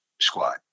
squad